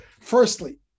Firstly